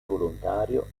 volontario